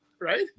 Right